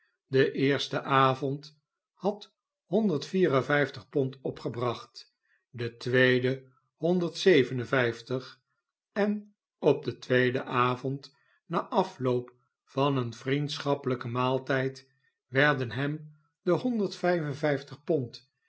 de eerste avond had pond opgebracht de tweede en op den tweeden avond na afloop van een vriendschappeiyken maaltijd werden hem de pond